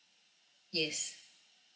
yes